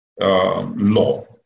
law